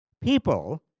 people